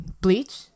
Bleach